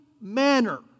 manner